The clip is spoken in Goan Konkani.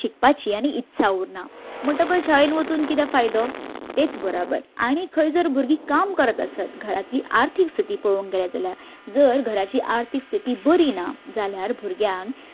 शिकपाची आनी इत्सा उरना म्हणटकच शाळेन वचून किदें फायदो तेच बराबर आनी खंय जर भुरगीं काम करत आसत घरांतलीं आर्थीक स्थिती पळोवंक गेली जाल्यार जर घराची आर्थीक स्थिती बरी ना जाल्यार भुरग्यांक